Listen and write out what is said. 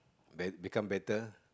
bet~ become better